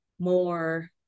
more